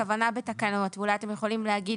הכוונה בתקנות ואולי אתם יכולים להגיד